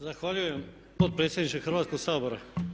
Zahvaljujem potpredsjedniče Hrvatskog sabora.